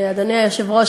אדוני היושב-ראש,